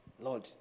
Lord